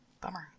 Bummer